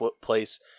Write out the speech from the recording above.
place